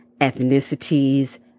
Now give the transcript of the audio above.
ethnicities